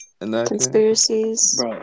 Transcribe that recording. Conspiracies